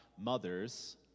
mothers